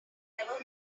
never